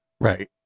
Right